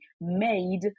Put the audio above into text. made